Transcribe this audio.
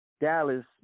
Dallas